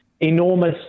enormous